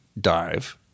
dive